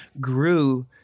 grew